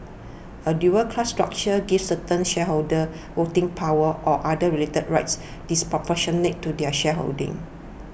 a dual class structure gives certain shareholders voting power or other related rights disproportionate to their shareholding